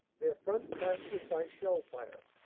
their front plastered by shell fire.